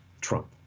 Trump